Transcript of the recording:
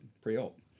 pre-op